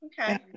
Okay